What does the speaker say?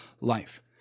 life